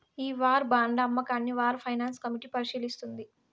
ఈ వార్ బాండ్ల అమ్మకాన్ని వార్ ఫైనాన్స్ కమిటీ పరిశీలిస్తుంది